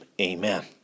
Amen